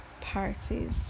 parties